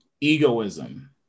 Egoism